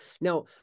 Now